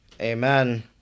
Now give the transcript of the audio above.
Amen